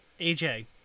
AJ